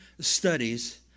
studies